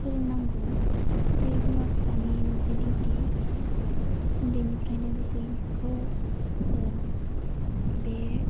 फोरोंनांगौ बे बिमा फिफानि मोनसे डिउटि उन्दैनिफ्रायनो बिसोरखौ ओह बे